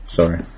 Sorry